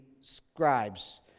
scribes